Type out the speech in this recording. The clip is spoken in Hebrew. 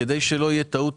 כדי שלא תהיה טעות,